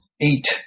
eight